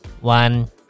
One